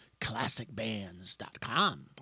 ClassicBands.com